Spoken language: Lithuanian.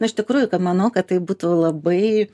iš tikrųjų kad manau kad tai būtų labai